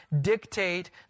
dictate